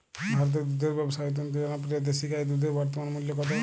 ভারতে দুধের ব্যাবসা অত্যন্ত জনপ্রিয় দেশি গাই দুধের বর্তমান মূল্য কত?